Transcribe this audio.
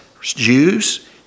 Jews